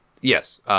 Yes